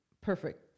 perfect